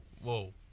whoa